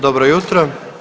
dobro jutro.